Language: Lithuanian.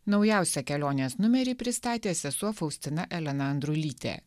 naujausia kelionės numerį pristatė sesuo faustina elena andrulytė